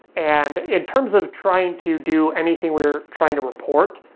and in terms of trying to do anything we're trying to report,